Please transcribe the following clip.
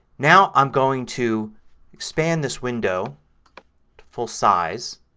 now i'm going to expand this window to full size